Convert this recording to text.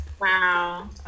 Wow